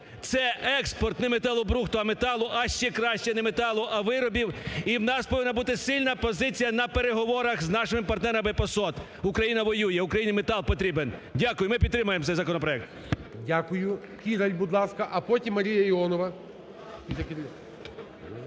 це експорт не металобрухту, а металу, а ще краще не металу, а виробів. І у нас повинна бути сильна позиція на переговорах з нашими партнерами по СОТ. Україна воює. Україні метал потрібен. Дякую. Ми підтримаємо цей законопроект. ГОЛОВУЮЧИЙ. Дякую. Кіраль, будь ласка. А потім – Марія Іонова.